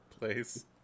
place